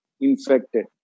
infected